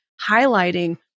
highlighting